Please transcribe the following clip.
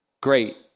great